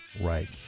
Right